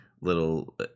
little